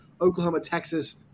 Oklahoma-Texas